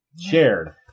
shared